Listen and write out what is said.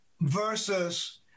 versus